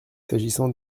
s’agissant